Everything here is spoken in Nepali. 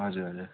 हजुर हजुर